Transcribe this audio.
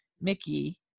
Mickey